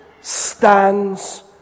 stands